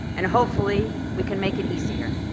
and hopefully we can make it easier,